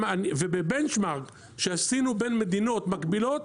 בבנצ'מרק שעשינו בין מדינות מקבילות,